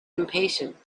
impatient